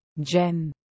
Jen